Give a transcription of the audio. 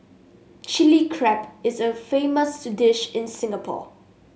Chilli Crab is a famous dish in Singapore